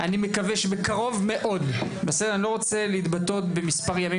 אני מקווה שבקרוב מאוד אני לא רוצה להתבטא במספר ימים